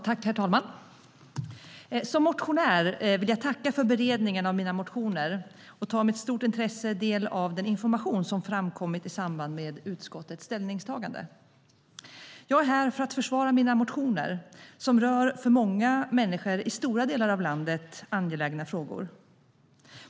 Herr talman! Som motionär vill jag tacka för beredningen av mina motioner och tar med stort intresse del av den information som framkommit i samband med utskottets ställningstagande. Jag är här för att försvara mina motioner, som rör angelägna frågor för många människor i stora delar av landet.